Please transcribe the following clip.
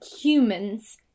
humans